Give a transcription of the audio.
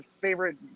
favorite